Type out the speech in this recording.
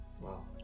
Wow